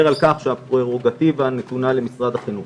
על כך שהפררוגטיבה נתונה למשרד החינוך.